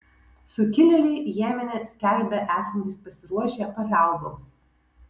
sukilėliai jemene skelbia esantys pasiruošę paliauboms